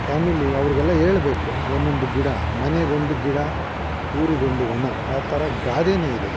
family ಅವ್ರಿಗೆಲ್ಲ ಹೇಳ್ಬೇಕು ಒಂದೊಂದು ಗಿಡ ಮನೆಗೊಂದು ಗಿಡ ಊರಿಗೊಂದು ವನ ಆ ಥರ ಗಾದೆನೇ ಇದೆ